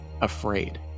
afraid